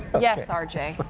yes r j.